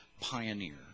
pioneer